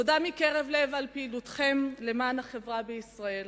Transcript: תודה מקרב לב על פעילותכם למען החברה בישראל.